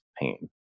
pain